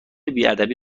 بیادبی